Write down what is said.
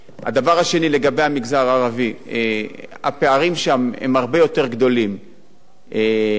הפערים שם הם הרבה יותר גדולים מבמגזר היהודי כפי שאמרתי.